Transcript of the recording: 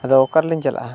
ᱟᱫᱚ ᱚᱠᱟᱨᱮᱞᱤᱝ ᱪᱟᱞᱟᱜᱼᱟ